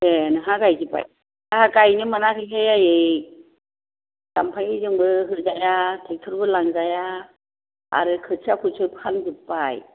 ए नोंहा गायजोबबाय आंहा गायनो मोनाखैहाय आयै जाम्फायजोंबो हैजाया थेक्थ'र बो लांजाया आरो खोथियाखौबो फानजोब्बाय